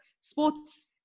sports